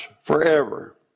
forever